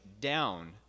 down